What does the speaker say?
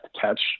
catch